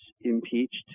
impeached